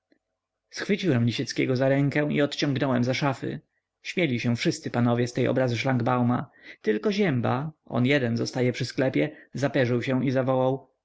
schwyciłem lisieckiego za rękę i odciągnąłem za szafy śmieli się wszyscy panowie z tej obrazy szlangbauma tylko zięba on jeden zostaje przy sklepie zaperzył się i zawołał